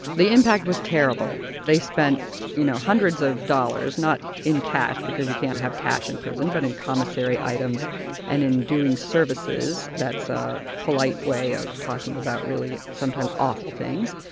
impact was terrible, they spent you know hundreds of dollars not in cash because you can't have cash in prison but in commissary items and in doing services, that's a polite way of talking about really sometimes awful things,